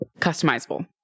customizable